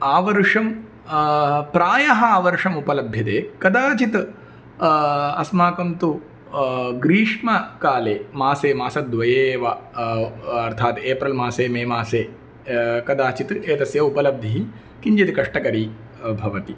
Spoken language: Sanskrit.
आवर्षं प्रायः आवर्षमुपलभ्यते कदाचित् अस्माकं तु ग्रीष्मकाले मासे मासद्वये एव अ अर्थात् एप्रिल् मासे मे मासे कदाचित् अस्य उपलब्धिः किञ्चित् कष्टकरी भवति